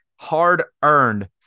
hard-earned